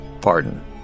pardon